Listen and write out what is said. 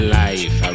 life